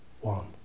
One